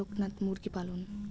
করকনাথ মুরগি পালন?